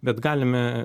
bet galime